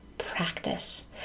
practice